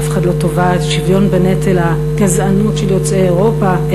אף אחד לא תובע שוויון בנטל הגזענות של יוצאי אירופה,